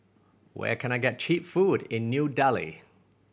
where can I get cheap food in New Delhi